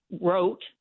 wrote